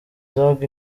dogg